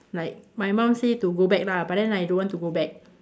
like my mum say to go back lah but then I don't want to go back